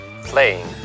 playing